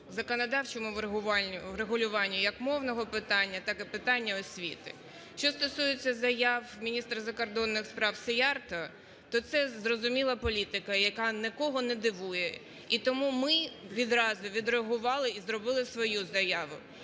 законодавчому врегулюванню як мовного питання, так і питання освіти. Що стосується заяв міністра закордонних справСіярто, то це зрозуміла політика, яка нікого не дивує. І тому ми відразу відреагували і зробили свою заяву.